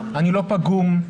אני לא פגום,